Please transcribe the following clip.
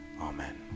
Amen